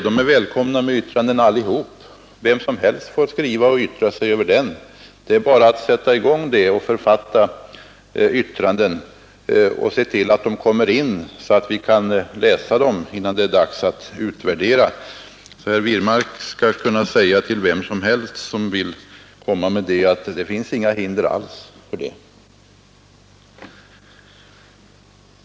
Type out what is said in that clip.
Alla är välkomna med yttranden. Vem som helst får yttra sig över den. Det är bara att sätta i gång och författa yttranden och se till att de kommer in, så att vi hinner läsa dem innan det är dags att göra en utvärdering. Herr Wirmark skall kunna säga till vem som helst att det inte finns några hinder för detta.